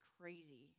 crazy